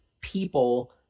people